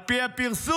על פי הפרסום,